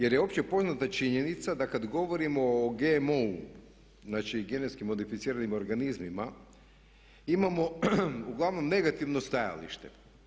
Jer je opće poznata činjenica da kad govorimo o GMO-u, znači genetski modificiranim organizmima, imamo uglavnom negativno stajalište.